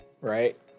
right